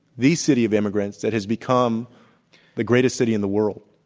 the city of immigrants that has become the greatest city in the world.